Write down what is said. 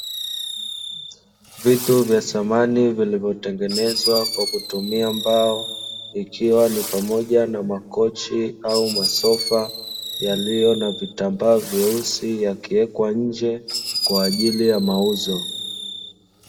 Vitu vya thamani vilivyotengenezwa kwa kutumia mbao, ikiwa ni pamoja na makochi au masofa yaliyo na vitambaa vyeusi yakiwekwa nje kwaajili ya mauzo.